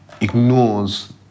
ignores